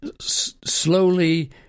slowly